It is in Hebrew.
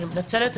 אני מתנצלת.